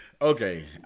Okay